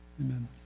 amen